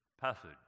passage